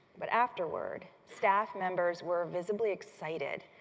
but afterward, staff members were visibly excited.